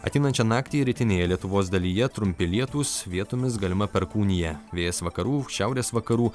ateinančią naktį rytinėje lietuvos dalyje trumpi lietūs vietomis galima perkūnija vėjas vakarų šiaurės vakarų